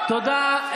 תודה,